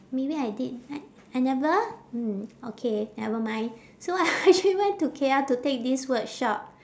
maybe I did right I never mm okay nevermind so I actually went to K_L to take this workshop